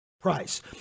price